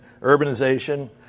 urbanization